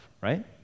right